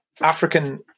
African